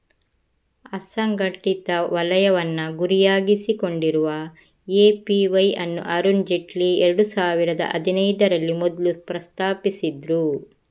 ಅಸಂಘಟಿತ ವಲಯವನ್ನ ಗುರಿಯಾಗಿಸಿಕೊಂಡಿರುವ ಎ.ಪಿ.ವೈ ಅನ್ನು ಅರುಣ್ ಜೇಟ್ಲಿ ಎರಡು ಸಾವಿರದ ಹದಿನೈದರಲ್ಲಿ ಮೊದ್ಲು ಪ್ರಸ್ತಾಪಿಸಿದ್ರು